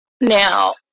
Now